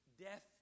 death